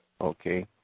Okay